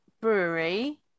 brewery